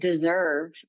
deserve